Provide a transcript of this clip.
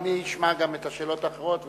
אדוני ישמע גם את השאלות האחרות,